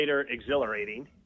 exhilarating